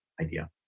idea